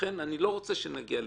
לכן, אני לא רוצה שנגיע לזה.